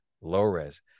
Low-res